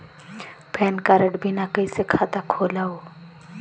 Pan card बिना कइसे खाता खोलव?